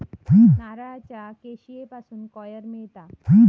नारळाच्या किशीयेपासून कॉयर मिळता